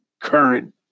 current